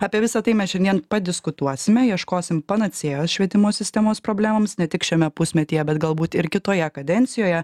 apie visa tai mes šiandien padiskutuosime ieškosim panacėjos švietimo sistemos problemoms ne tik šiame pusmetyje bet galbūt ir kitoje kadencijoje